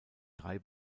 drei